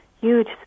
huge